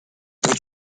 wait